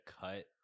cut